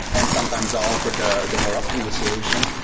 and sometimes offer the the more optimal solution.